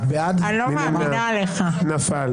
נפל.